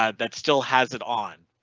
ah that still has it on.